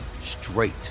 straight